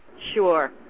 sure